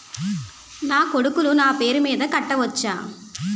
నా కొడుకులు నా పేరి మీద కట్ట వచ్చా?